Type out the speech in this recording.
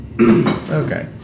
Okay